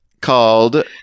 called